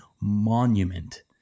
monument